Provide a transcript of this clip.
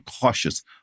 cautious